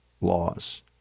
laws